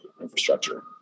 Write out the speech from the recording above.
infrastructure